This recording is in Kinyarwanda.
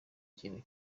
kintu